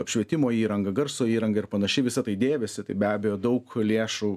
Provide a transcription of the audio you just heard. apšvietimo įranga garso įranga ir panašiai visa tai dėvisi tai be abejo daug lėšų